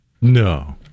No